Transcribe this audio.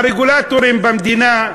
הרגולטורים במדינה,